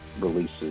releases